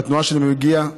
מהתנועה שאני מגיע,